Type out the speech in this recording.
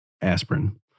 aspirin